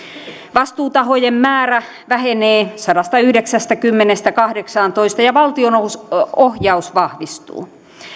vastuutahojen määrä vähenee sadastayhdeksästäkymmenestä kahdeksaantoista ja valtionohjaus vahvistuu